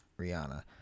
Rihanna